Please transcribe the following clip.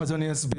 אז אני אסביר.